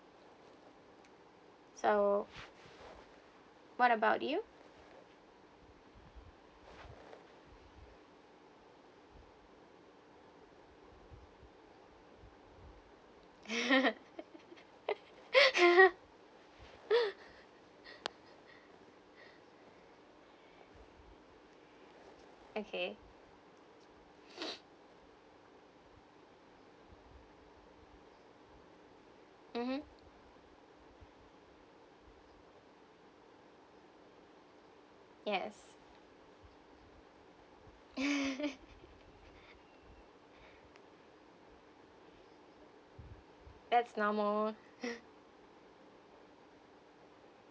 so what about you okay mmhmm yes that's normal